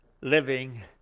living